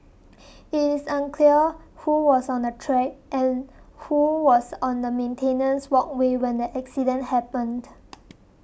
it is unclear who was on the track and who was on the maintenance walkway when the accident happened